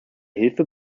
hilfe